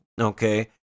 okay